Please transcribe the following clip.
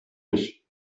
ich